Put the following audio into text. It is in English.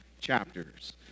chapters